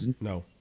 No